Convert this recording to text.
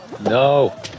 No